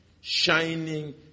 shining